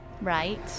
right